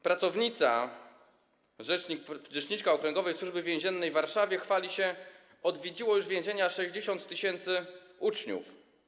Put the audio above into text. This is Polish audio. Pracownica, rzeczniczka okręgowej Służby Więziennej w Warszawie, chwali się: Odwiedziło już więzienia 60 tys. uczniów.